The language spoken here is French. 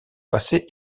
passé